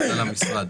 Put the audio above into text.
מנכ"ל המשרד,